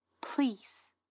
please